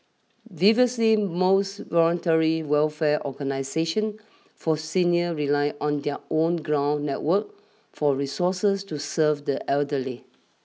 most voluntary welfare organisations for seniors relied on their own ground networks for resources to serve the elderly